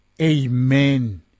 amen